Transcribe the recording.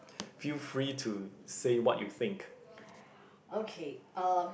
feel free to say what you think